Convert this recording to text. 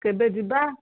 କେବେ ଯିବା